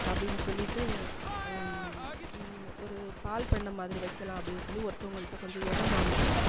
அப்படின் சொல்லிகிட்டு ஒரு பால் பண்ணைமாதிரி வைக்கிலாம் அப்படின் சொல்லி ஒருத்தவங்கள்கிட்ட கொஞ்சம் இடம் வாங்கி